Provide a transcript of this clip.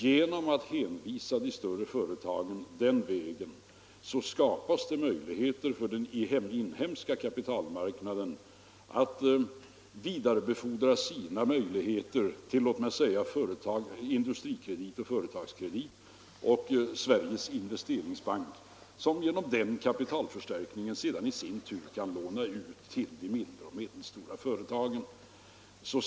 Genom att hänvisa de större företagen till den vägen skapar man möjligheter för den inhemska kapitalmarknaden att vidarebefordra sina resurser till — låt mig säga — Industrikredit, Företagskredit och Sveriges investeringsbank, som genom den kapitalförstärkningen sedan i sin tur kan låna ut till de mindre och medelstora företagen.